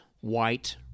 white